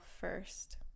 first